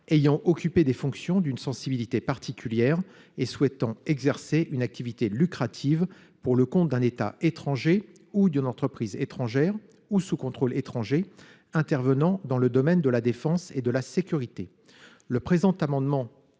ayant occupé des fonctions d'une sensibilité particulière et souhaitant exercer une activité lucrative pour le compte d'un État étranger ou d'une entreprise étrangère ou sous contrôle étranger. Intervenant dans le domaine de la défense et de la sécurité. Le présent amendement